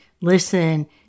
listen